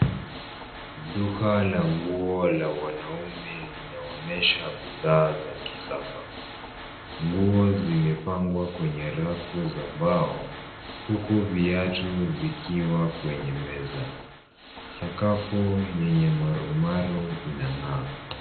Duka la nguo la wanaume linaonyesha bidhaa za kisasa . Nguo zimepangwa kwenye rafu za mbao, huku viatu vikiwa kwenye meza. Sakafu yenye marumaru inang'aa.